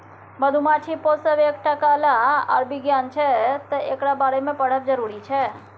मधुमाछी पोसब एकटा कला आर बिज्ञान छै तैं एकरा बारे मे पढ़ब जरुरी छै